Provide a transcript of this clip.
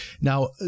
now